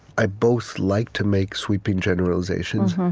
i both like to make sweeping generalizations,